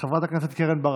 חברת הכנסת קרן ברק,